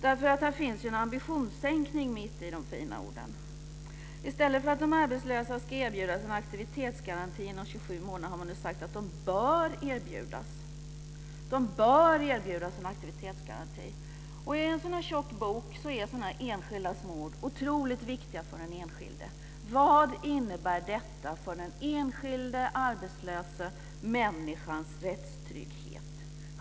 Det finns en ambitionssänkning mitt bland de fina orden. I stället för att de arbetslösa ska erbjudas en aktivitetsgaranti inom 27 månader har man nu sagt att de bör erbjudas en aktivitetsgaranti. I en sådan tjock bok är enskilda småord otroligt viktiga för den enskilde. Vad innebär detta för den enskilda arbetslösa människans rättstrygghet?